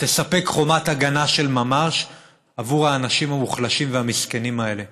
ותספק חומת הגנה של ממש עבור האנשים המוחלשים והמסכנים האלה,